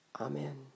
Amen